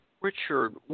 Richard